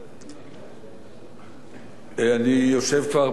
אני יושב כבר הרבה שנים בישיבות ממשלה,